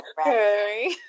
okay